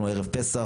אנחנו ערב פסח,